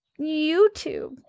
YouTube